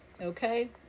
Okay